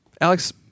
Alex